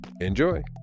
Enjoy